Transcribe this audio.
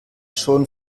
schon